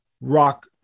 rock